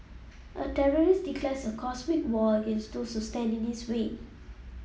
a terrorist declares a cosmic war against those who stand in his way